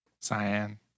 Cyan